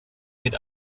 mit